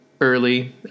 early